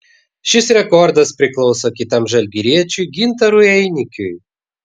šis rekordas priklauso kitam žalgiriečiui gintarui einikiui